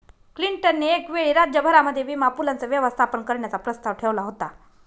Clinton ने एक वेळी राज्य भरामध्ये विमा पूलाचं व्यवस्थापन करण्याचा प्रस्ताव ठेवला होता